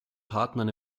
partnern